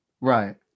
right